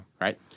right